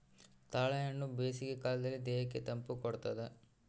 ತಾಳೆಹಣ್ಣು ಬೇಸಿಗೆ ಕಾಲದಲ್ಲಿ ದೇಹಕ್ಕೆ ತಂಪು ಕೊಡ್ತಾದ